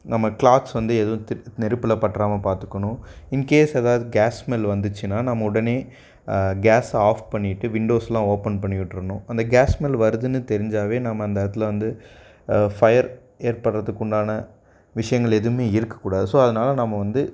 நம்ம கிளாத்ஸ் வந்து எதுவும் தி நெருப்பபில் பட்டுறாம பார்த்துக்கணும் இன்கேஸ் ஏதாவது கேஸ் ஸ்மெல் வந்துச்சுன்னா நம்ம உடனே கேஸை ஆஃப் பண்ணிவிட்டு விண்டோஸ்லாம் ஓபன் பண்ணி விட்ரணும் அந்த கேஸ் ஸ்மெல் வருதுன்னு தெரிஞ்சாவே நம்ம அந்த இடத்துல வந்து ஃபையர் ஏற்படுறத்துக்கு உண்டான விஷியங்கள் எதுவுமே இருக்கக்கூடாது ஸோ அதனால நம்ம வந்து